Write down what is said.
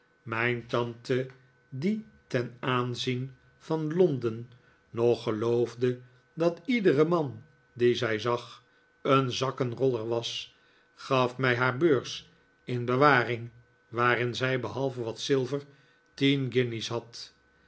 moet tante die ten aanzien van londen nog geloofde dat iedere man dien zij zag een zakkenroller was gaf mij haar beurs in bewaring waarin zij behalve wat zilver tien guinjes had